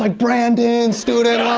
like brandon's student